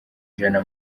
ijana